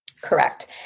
Correct